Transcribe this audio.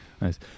Nice